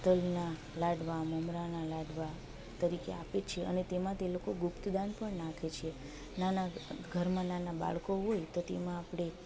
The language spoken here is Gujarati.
તલના લાડવા મમરાના લાડવા તરીકે આપે છે અને તેમાં તે લોકો ગુપ્તદાન પણ નાખે છે નાના ઘરમાં નાના બાળકો હોય તો તેમાં આપણે